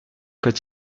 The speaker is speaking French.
quand